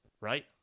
right